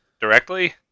directly